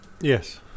Yes